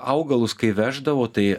augalus kai veždavo tai